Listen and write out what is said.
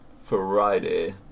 Friday